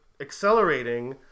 accelerating